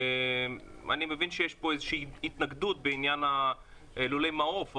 ואני מבין שיש פה איזושהי התנגדות בעניין הלולי מעוף,